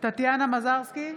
טטיאנה מזרסקי,